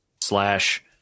slash